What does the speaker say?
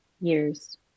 years